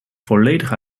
volledig